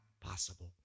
possible